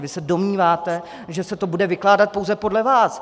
Vy se domníváte, že se to bude vykládat pouze podle vás.